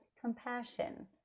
compassion